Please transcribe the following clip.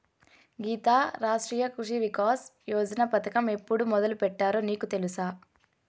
గీతా, రాష్ట్రీయ కృషి వికాస్ యోజన పథకం ఎప్పుడు మొదలుపెట్టారో నీకు తెలుసా